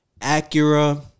Acura